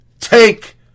Take